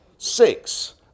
Six